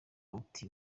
uti